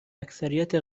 اکثریت